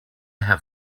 have